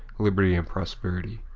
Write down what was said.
liberty and prosperity.